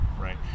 Right